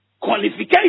qualification